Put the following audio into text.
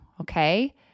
okay